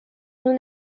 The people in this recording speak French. nous